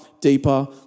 deeper